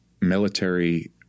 military